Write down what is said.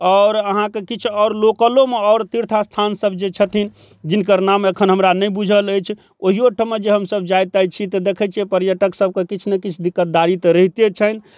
आओर अहाँके किछु आओर लोकलोमे आओर तीर्थ स्थान सब जे छथिन जिनकर नाम एखन हमरा नहि बुझल अछि ओहियोठाम जे हमसब जाइ ताय छी तऽ देखै छी पर्यटक सबके किछु ने किछु दिक्कतदारी तऽ रहिते छनि